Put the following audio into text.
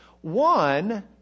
One